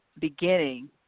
beginning